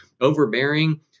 overbearing